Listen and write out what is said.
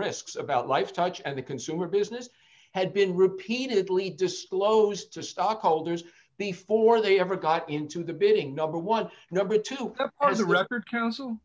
risks about life touch and the consumer business had been repeatedly disclosed to stockholders before they ever got into the building number one number two are the record council